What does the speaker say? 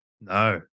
no